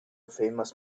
famous